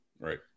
Right